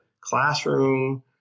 classroom